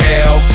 Hell